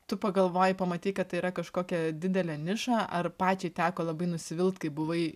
tu pagalvojai pamatei kad tai yra kažkokia didelė niša ar pačiai teko labai nusivilt kai buvai